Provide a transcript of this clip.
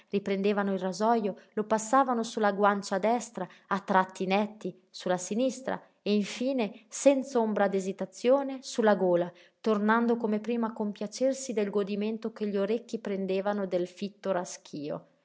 sicurezza riprendevano il rasojo lo passavano su la guancia destra a tratti netti su la sinistra e infine senz'ombra d'esitazione su la gola tornando come prima a compiacersi del godimento che gli orecchi prendevano del fitto raschío